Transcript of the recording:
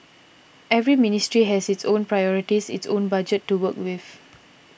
every ministry has its own priorities its own budget to work with